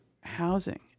housing